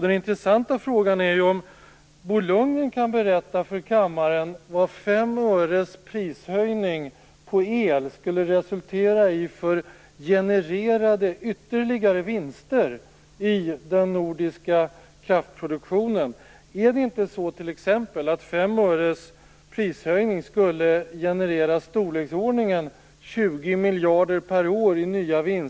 Den intressanta frågan är om Bo Lundgren kan berätta för kammaren vad fem öres prishöjning på el skulle resultera i vad gäller ytterligare vinster i den nordiska kraftproduktionen. Är det inte så, t.ex., att 5 öres prishöjning skulle generera i storleksordningen Norden?